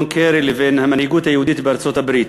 קרי לבין המנהיגות היהודית בארצות-הברית.